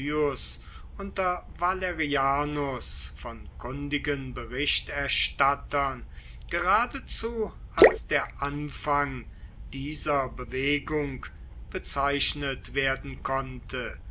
unter valerianus von kundigen berichterstattern geradezu als der anfang dieser bewegung bezeichnet werden konnte